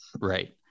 Right